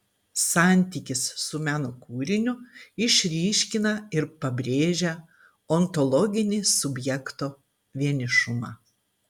santykis su meno kūriniu išryškina ir pabrėžia ontologinį subjekto vienišumą